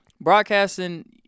broadcasting